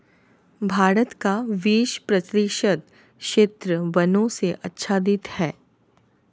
भारत का बीस प्रतिशत क्षेत्र वनों से आच्छादित है